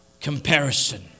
Comparison